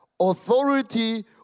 authority